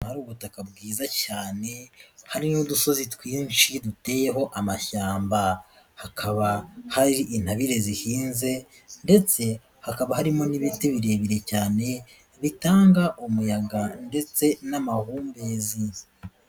Hari ubutaka bwiza cyane, hari n'udusozi twinshi duteyeho amashyamba. Hakaba hari intabire zihinze ndetse hakaba harimo n'ibiti birebire cyane, bitanga umuyaga ndetse n'amahumbezi.